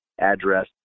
address